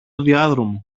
διάδρομο